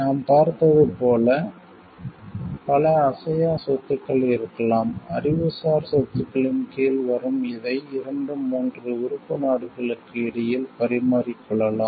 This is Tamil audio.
நாம் பார்த்தது போல் பல அசையா சொத்துகள் இருக்கலாம் அறிவுசார் சொத்துக்களின் கீழ் வரும் இதை 2 3 உறுப்பு நாடுகளுக்கு இடையில் பரிமாறிக்கொள்ளலாம்